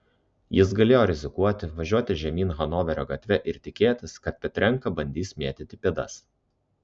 jis galėjo rizikuoti važiuoti žemyn hanoverio gatve ir tikėtis kad petrenka bandys mėtyti pėdas